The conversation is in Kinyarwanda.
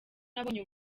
nabonye